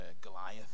Goliath